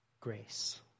grace